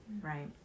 Right